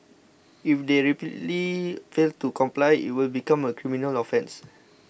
if they repeatedly fail to comply it will become a criminal offence